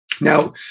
Now